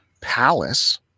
palace